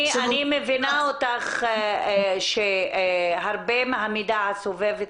אני מבינה אותך שהרבה מהמידע סובב את